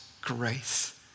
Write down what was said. grace